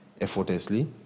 effortlessly